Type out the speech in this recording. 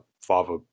father